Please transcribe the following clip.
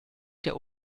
der